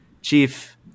Chief